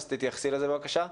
אז תתייחסי לזה בבקשה.